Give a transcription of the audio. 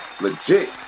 legit